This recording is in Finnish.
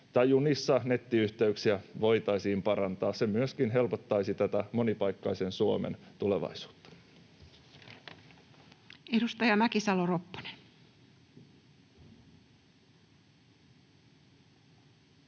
junissa nettiyhteyksiä voitaisiin parantaa. Se myöskin helpottaisi tätä monipaikkaisen Suomen tulevaisuutta. [Speech 132] Speaker: